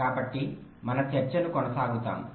కాబట్టి మనము మన చర్చతో కొనసాగుతాము